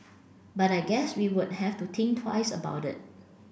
but I guess we would have to think twice about it